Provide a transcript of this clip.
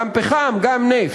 גם פחם, גם נפט.